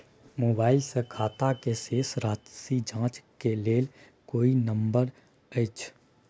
Mobile से खाता के शेस राशि जाँच के लेल कोई नंबर अएछ?